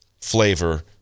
flavor